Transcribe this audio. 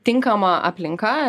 tinkama aplinka